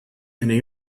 they